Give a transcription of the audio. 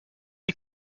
die